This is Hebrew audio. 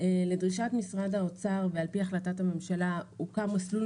לדרישת משרד האוצר ועל פי החלטת הממשלה הוקם מסלול